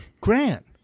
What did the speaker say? Grant